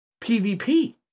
PvP